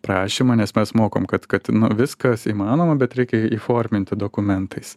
prašymą nes mes mokom kad kad viskas įmanoma bet reikia įforminti dokumentais